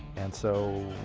and so,